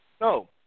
No